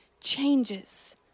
changes